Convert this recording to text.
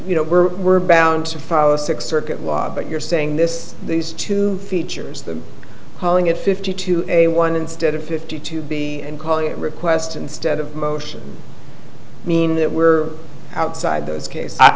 you know we're we're bound to follow six circuit but you're saying this these two features the polling at fifty two a one instead of fifty two and calling it a request instead of motion mean that we're outside this case i